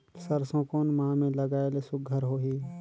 सरसो कोन माह मे लगाय ले सुघ्घर होही?